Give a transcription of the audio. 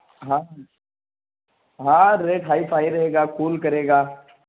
ہاں ہاں rate hi fi رہے گا کول کرے گا